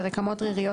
ברקמות ריריות,